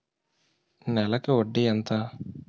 నెలకి వడ్డీ ఎంత?